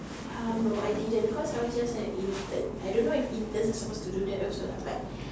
uh no I didn't because I was just an intern I don't know if interns are supposed to do that also lah but